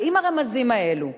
אבל אם הרמזים האלה,